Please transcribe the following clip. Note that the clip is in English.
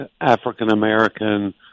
African-American